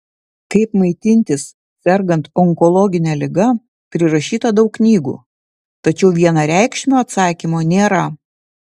kaip maitintis sergant onkologine liga prirašyta daug knygų tačiau vienareikšmio atsakymo nėra